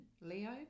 Leo